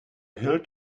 hilt